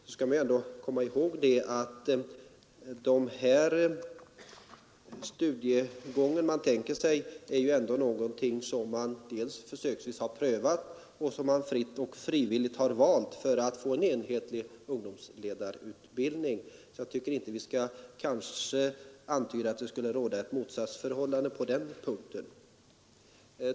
Vi skall då komma ihåg att man redan försöksvis prövat denna studiegång och att man fritt och frivilligt valt den för att få till stånd en enhetlig ungdomsledarutbildning. Jag tycker därför inte att man skall antyda något motsatsförhållande på den punkten.